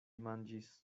manĝis